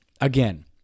again